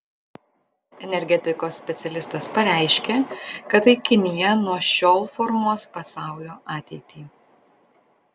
energetikos specialistas pareiškė kad tai kinija nuo šiol formuos pasaulio ateitį